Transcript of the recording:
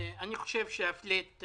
אני חושב שהפלאט,